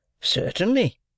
Certainly